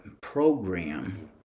program